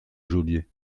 geôlier